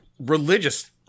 religious